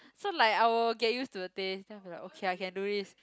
so like I will get used to the taste then I'll be like okay I can do this